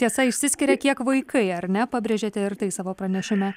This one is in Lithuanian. tiesa išsiskiria kiek vaikai ar ne pabrėžėte ir tai savo pranešime